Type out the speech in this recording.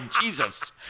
Jesus